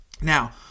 Now